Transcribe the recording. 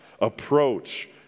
approach